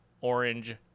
Orange